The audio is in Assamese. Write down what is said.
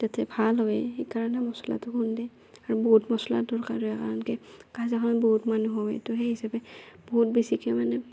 যাতে ভাল হয় সেইকাৰণে মচলাটো খুন্দে আৰু বহুত মচলাৰ দৰকাৰ হয় কাৰণ কি কাজ এখনত বহুত মানুহ হয় ত' সেই হিচাপে বহুত বেছিকে মানে